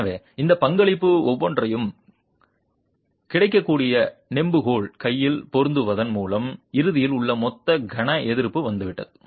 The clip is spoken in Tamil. எனவே இந்த பங்களிப்புகள் ஒவ்வொன்றையும் கிடைக்கக்கூடிய நெம்புகோல் கையில் பெருக்குவதன் மூலம் இறுதியில் உள்ள மொத்த கண எதிர்ப்பு வந்துவிட்டது